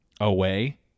away